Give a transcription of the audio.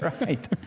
right